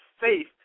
faith